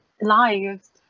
lives